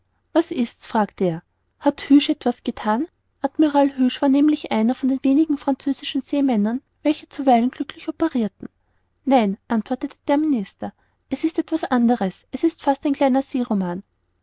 was ist's fragte er hat hugues etwas gethan admiral hugues war nämlich einer von den wenigen französischen seemännern welche zuweilen glücklich operirten nein antwortete der minister es ist etwas anderes es ist fast ein kleiner seeroman